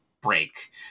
break